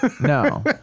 no